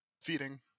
feeding